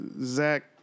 Zach